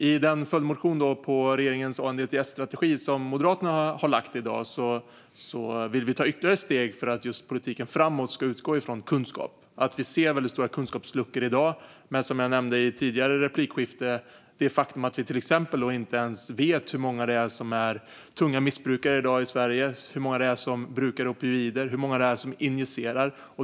I den följdmotion till regeringens ANDTS-strategi som Moderaterna har väckt i dag vill vi ta ytterligare steg för att politiken framåt just ska utgå från kunskap. Vi ser väldigt stora kunskapsluckor i dag, och som jag nämnde i ett tidigare replikskifte är det till exempel ett faktum att vi inte ens vet hur många det är som är tunga missbrukare i Sverige i dag, hur många som brukar opioider och hur många som injicerar.